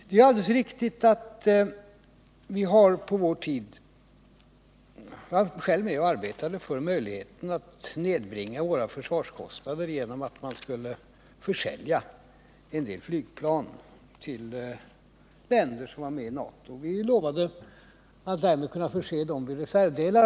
Det är alldeles riktigt att vi på vår tid — jag var själv med om det — arbetade för möjligheten att nedbringa våra försvarskostnader genom att försälja en del flygplan till länder som är med i NATO. Vi lovade också att förse dem med reservdelar.